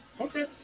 okay